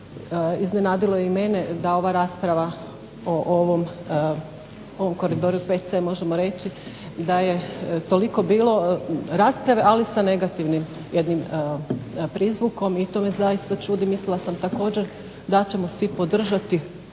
iznenadilo je i mene da ova rasprava o ovom koridoru 5C možemo reći da je toliko bilo rasprave ali sa negativnim jednim prizvukom i to me zaista čudi. Mislila sam također da ćemo svi podržati